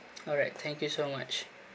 alright thank you so much